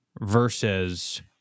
versus